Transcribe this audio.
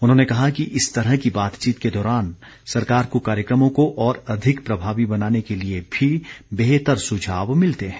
उन्होंने कहा कि इस तरह की बातचीत के दौरान सरकार को कार्यक्रमों को और अधिक प्रभावी बनाने के लिए भी बेहतर सुझाव मिलते हैं